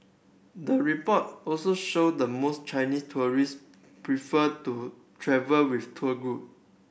the report also show the most Chinese tourist prefer to travel with tour group